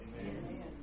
Amen